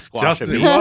Justin